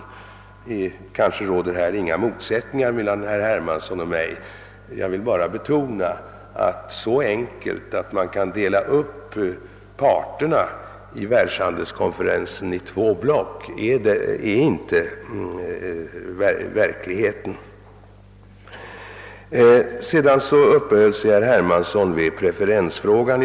Kanske det inte råder motsätt ningar mellan herr Hermansson och mig därvidlag. Jag vill bara betona att verkligheten inte är så enkel att man kan dela upp parterna vid världshandelskonferensen i två block. I slutet av sitt anförande uppehöll sig herr Hermansson vid preferensfrågan.